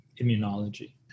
immunology